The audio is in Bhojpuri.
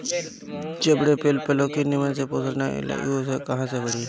जबले पेड़ पलो के निमन से पोषण ना मिली उ कहां से बढ़ी